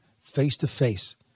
face-to-face